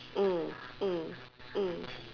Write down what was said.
mm mm mm